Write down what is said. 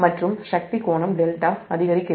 மற்றும் சக்திகோணம் δ அதிகரிக்கிறது